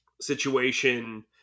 situation –